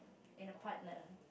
in a partner